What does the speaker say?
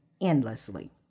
endlessly